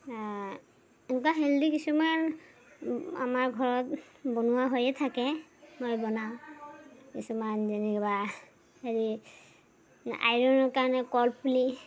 এনেকুৱা হেলডি কিছুমান আমাৰ ঘৰত বনোৱা হৈয়ে থাকে মই বনাওঁ কিছুমান যেনে কিবা হেৰি আইৰণৰ কাৰণে কলপুলি